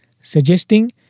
suggesting